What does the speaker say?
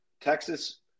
Texas